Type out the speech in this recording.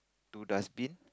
two dustbin